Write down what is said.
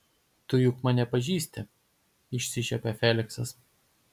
tu juk mane pažįsti išsišiepia feliksas